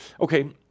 Okay